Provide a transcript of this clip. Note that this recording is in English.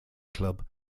club